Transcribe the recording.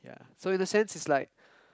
so in a sense it's like